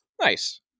Nice